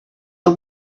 are